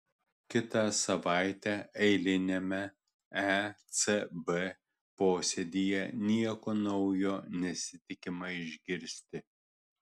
kitą savaitę eiliniame ecb posėdyje nieko naujo nesitikima išgirsti